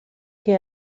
que